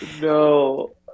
no